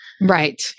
Right